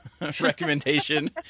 recommendation